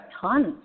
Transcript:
tons